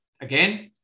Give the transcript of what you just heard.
again